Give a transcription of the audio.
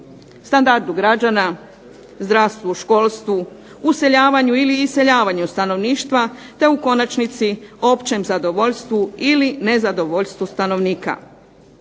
standardu građana, zdravstvu, školstvu, useljavanju ili iseljavanju stanovništva, te u konačnici općem zadovoljstvu ili nezadovoljstvu stanovnika.